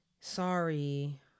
Sorry